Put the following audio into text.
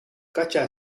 katja